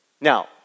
Now